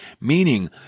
meaning